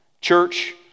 church